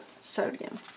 sodium